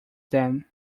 then